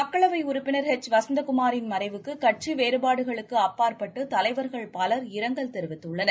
மக்களவை உறுப்பினர் ஹெச் வசந்த குமாரின் மறைவுக்கு கட்சி வேறபாடுகளுக்கு அப்பாற்பட்டு தலைவர்கள் பலர் இரங்கல் தெரிவித்துள்ளனர்